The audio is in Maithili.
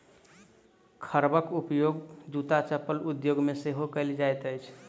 रबरक उपयोग जूत्ता चप्पल उद्योग मे सेहो कएल जाइत अछि